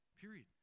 Period